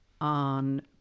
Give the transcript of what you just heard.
on